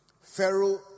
Pharaoh